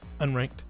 unranked